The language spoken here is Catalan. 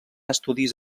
estudis